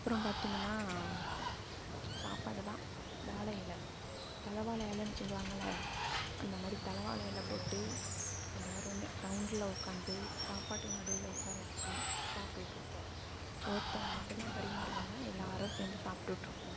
அப்புறோம் பார்த்திங்கன்னா சாப்பாடு தான் வாழை இல தலை வாழை இலன்னு சொல்லுவாங்கல்ல அந்த மாதிரி தலை வாழை இல போட்டு எல்லாரும் ரௌண்ட்டில உட்காந்து சாப்பாட்டு நடுவில் உட்கார வச்சு சாப்பிடுட்ருப்போம் ஒருத்தவங்க மட்டும்தான் பரிமாறுவாங்க எல்லாரும் சேர்ந்து சாப்பிடுட்ருப்போம்